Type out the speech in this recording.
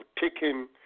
taken